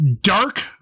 dark